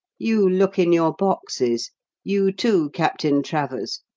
you look in your boxes you, too, captain travers.